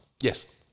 Yes